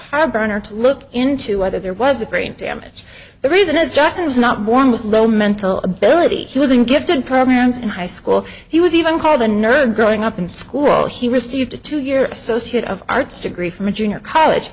heartburn or to look into whether there was a brain damage the reason is justin was not born with low mental ability he was in gifted programs in high school he was even called a nerd growing up in school he received a two year associate of arts degree from a junior college